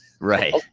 Right